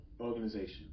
organization